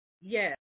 Yes